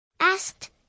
asked